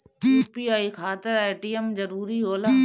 UPI खातिर ATM जरूरी होला?